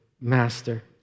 master